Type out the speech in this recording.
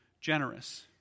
generous